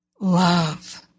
love